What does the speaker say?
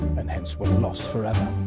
and hence were lost forever.